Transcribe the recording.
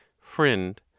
Friend